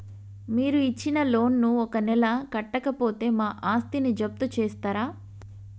మీరు ఇచ్చిన లోన్ ను ఒక నెల కట్టకపోతే మా ఆస్తిని జప్తు చేస్తరా?